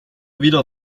wieder